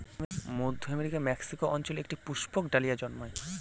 মধ্য আমেরিকার মেক্সিকো অঞ্চলে এক পুষ্পক ডালিয়া জন্মায়